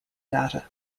data